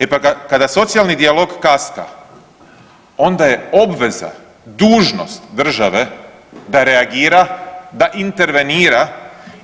E pa kada socijalni dijalog kaska, onda je obveza, dužnost države da reagira, da intervenira